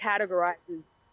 categorizes